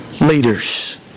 leaders